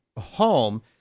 home